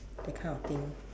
that kind of thing